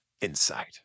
insight